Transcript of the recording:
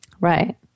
Right